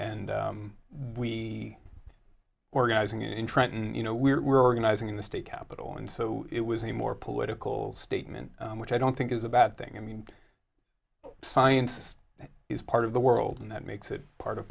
and we organizing in trenton you know we were organizing in the state capital and so it was a more political statement which i don't think is a bad thing i mean science is part of the world and that makes it part of